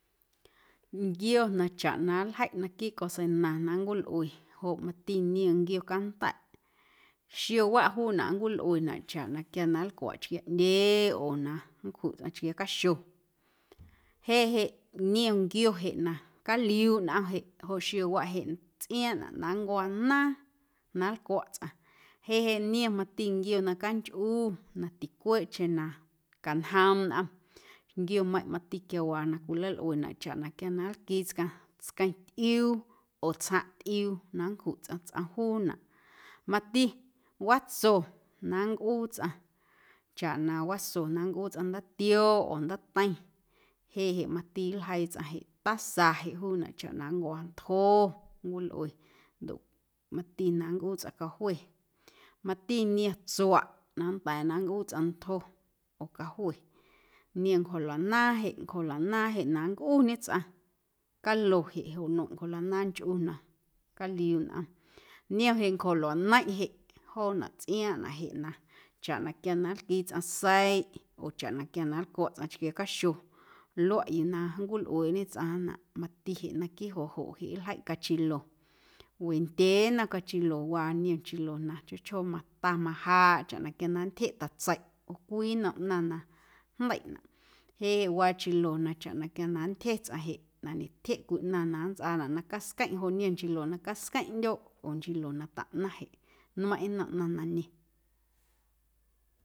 Nquio na chaꞌ na nljeiꞌ naquiiꞌ coseina na nncolꞌue joꞌ mati niom nquio canda̱ꞌ xiowaꞌ juunaꞌ nncwilꞌuenaꞌ chaꞌ na quia na nlcwaꞌ chquiaaꞌndyee oo na nncjuꞌ tsꞌaⁿ chquiaa caxo jeꞌ jeꞌ niom nquio jeꞌ na caliuuꞌ nꞌom jeꞌ joꞌ xiowaꞌ jeꞌ tsꞌiaaⁿꞌnaꞌ na nncwa naaⁿ na nlcwaꞌ tsꞌaⁿ jeꞌ jeꞌ niom mati nquio na canchꞌu na ticweeꞌcheⁿ na canjoom nꞌom nquiomeiⁿꞌ mati quiawaa na cwialꞌuenaꞌ chaꞌ na quia na nlquii tsꞌaⁿ tsqueⁿtꞌiuu oo tsjaⁿꞌtꞌiuu na nncjuꞌ tsꞌaⁿ tsꞌom juunaꞌ mati watso na nncꞌuu tsꞌaⁿ chaꞌ na waso na nncꞌuu tsꞌaⁿ ndaatioo oo ndaateiⁿ jeꞌ jeꞌ mati nljeii tsꞌaⁿ jeꞌ taza jeꞌ juunaꞌ chaꞌ na nncwo̱ ntjo nncwilꞌue ndoꞌ mati na nncꞌuu tsꞌaⁿ cajue mati niom tsuaꞌ na nnda̱a̱ na nncꞌuu tsꞌaⁿ ntjo oo cajue niom ncjoluaꞌnaaⁿ jeꞌ ncjoluaꞌnaaⁿ jeꞌ na nncꞌuñe tsꞌaⁿ calo jeꞌ joꞌ nmeiⁿꞌ ncjoluaꞌnaaⁿnhꞌu na caliuuꞌ nꞌom niom jeꞌ ncjoluaꞌneiⁿꞌ jeꞌ joonaꞌ tsꞌiaaⁿꞌnaꞌ jeꞌ chaꞌ na quia na nlquii tsꞌaⁿ seiꞌ oo chaꞌ na quia na nlcwaꞌ tsꞌaⁿ chquiaa caxo luaꞌ yuu na nncwilꞌueeꞌñe tsꞌaⁿnaꞌ mati jeꞌ naquiiꞌ joꞌ joꞌ jeꞌ nljeiꞌ cachilo wendyee nnom cachilowaa niom nchilo na chjoo chjoo mata majaaꞌ chaꞌ na quia na nntyjeꞌ taⁿꞌtseiꞌ oo cwii nnom ꞌnaⁿ na jndeiꞌnaꞌ jeꞌ jeꞌ waa chilo na chaꞌ quia na nntyje tsꞌaⁿ jeꞌ na ñetyjeꞌ cwii ꞌnaⁿ na nntsꞌaanaꞌ na casqueⁿꞌ joꞌ niom nchilo na casqueⁿꞌ ꞌndyoo oo nchilo na taꞌnaⁿ jeꞌ nmeiⁿꞌ nnom ꞌnaⁿ na niom.